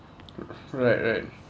right right